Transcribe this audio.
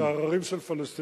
כל העשרה זה עררים של פלסטינים.